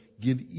Give